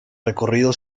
recorrido